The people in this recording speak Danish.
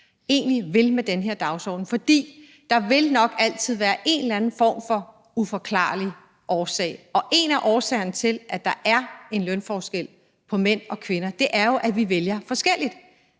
egentlig vil hen med den her dagsorden. For der vil nok altid være en eller anden form for uforklarlig årsag, og en af årsagerne til, at der er en lønforskel mellem mænd og kvinder, er jo, at vi vælger forskelligt.